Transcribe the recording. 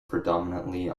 predominantly